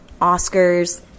Oscars